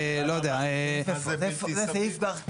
לא יודע --- זה סעיף כבר קיים.